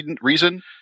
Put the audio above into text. reason